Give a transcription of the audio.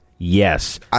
Yes